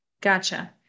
Gotcha